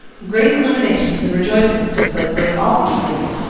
great illuminations and rejoicings took place over all these things,